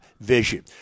vision